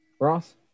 Ross